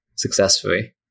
Successfully